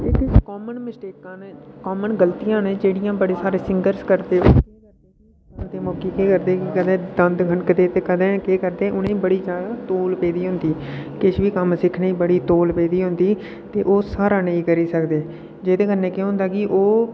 common मिस्टेकां नां common गलतियां न जेह्ड़ियां बड्डे सारे सिंगरस करदे न गांदे बाकी के करदे केई कंदे दंद खनकदे ते कंदे के करदे उनें गी बडी ज्यादा तौल पेदी होंदी किश बी कम्म सिक्खने गी बड़ी तौल पेदी होंदी औह् सारा नेई करी सकदे जैह्दे कन्ने केह् होंदा के